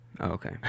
Okay